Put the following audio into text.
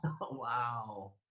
Wow